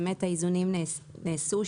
באמת האיזונים נעשו,